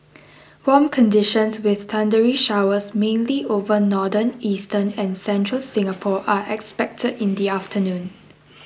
warm conditions with thundery showers mainly over northern eastern and central Singapore are expected in the afternoon